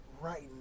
Right